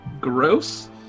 gross